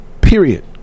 Period